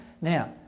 now